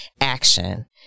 action